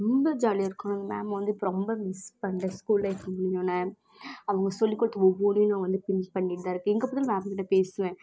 ரொம்ப ஜாலியாக இருக்கும் அந்த மேம் வந்து இப்போ ரொம்ப மிஸ் பண்ணுறேன் ஸ்கூல் லைஃப் முடிஞ்சோடன அவங்க சொல்லிக் கொடுத்த ஒவ்வொன்றையும் நான் வந்து ஃபினிஷ் பண்ணிகிட்டுதான் இருக்கேன் எங்கே பார்த்தாலும் மேம்கிட்ட பேசுவேன்